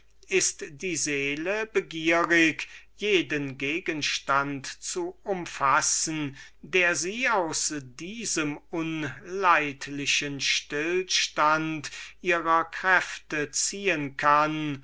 ist die seele begierig einen jeden gegenstand zu umfassen der sie aus diesem unleidlichen stillstand ihrer kräfte ziehen kann